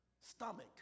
stomach